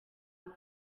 muri